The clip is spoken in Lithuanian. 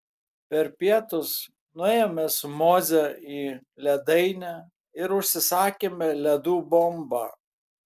per pietus nuėjome su moze į ledainę ir užsisakėme ledų bombą